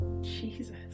Jesus